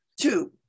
Two